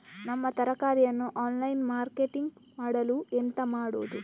ನಮ್ಮ ತರಕಾರಿಯನ್ನು online marketing ಮಾಡಲು ಎಂತ ಮಾಡುದು?